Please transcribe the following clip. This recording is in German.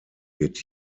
wird